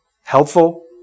helpful